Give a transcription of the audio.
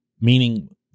meaning